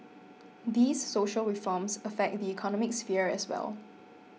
these social reforms affect the economic sphere as well